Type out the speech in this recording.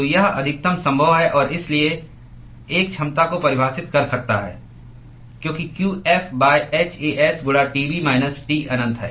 तो यह अधिकतम संभव है और इसलिए 1 क्षमता को परिभाषित कर सकता है क्योंकि qf hAs गुणा Tb माइनस Tअनंत है